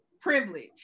privilege